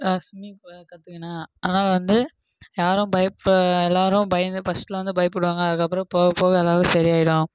நான் ஸ்விம்மிங் கற்றுக்குனா ஆனால் வந்து யாரும் பயப்பிட எல்லாரும் பயந்து ஃபர்ஸ்டில் வந்து பயப்பிடுவாங்க அதுக்கப்புறோம் போக போக எல்லாமே சரி ஆயிவிடும்